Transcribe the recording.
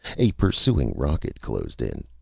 a pursuing rocket closed in.